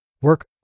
work